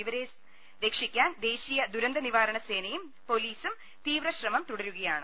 ഇവരെ രക്ഷി ക്കാൻ ദേശീയ ദുരന്ത നിവാരണ സേനയും പൊലീസും തീവ്രശ്രമം തുടരുകയാണ്